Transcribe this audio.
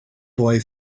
boy